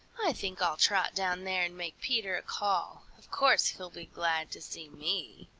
i think i'll trot down there and make peter a call. of course he'll be glad to see me.